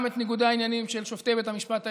גם את ניגודי העניינים של שופטי בית המשפט העליון,